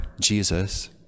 Jesus